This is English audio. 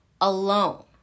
alone